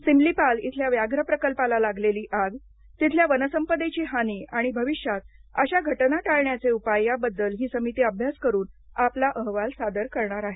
सिमलीपाल इथल्या व्याघ्रप्रकल्पाला लागलेली आग तिथली वनसंपदेची हानी आणि भविष्यात अश्या घटना टाळण्याचे उपाय याबद्दल ही समिती अभ्यास करून आपला अहवाल सादर करणार आहे